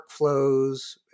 workflows